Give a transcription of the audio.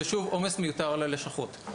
זה שוב עומס מיותר על הלשכות.